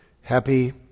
happy